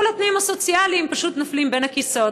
התנאים הסוציאליים פשוט נופלים בין הכיסאות.